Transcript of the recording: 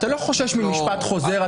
אתה לא חושש ממשפט חוזר,